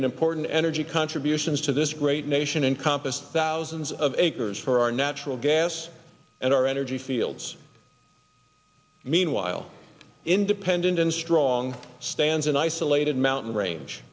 and important energy contributions to this great nation encompass thousands of acres for our natural gas and our energy fields meanwhile independent and strong stands in isolated mountain range